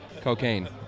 Cocaine